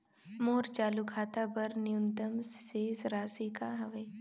मोर चालू खाता बर न्यूनतम शेष राशि का हवे?